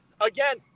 again